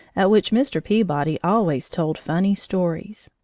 at which mr. peabody always told funny stories.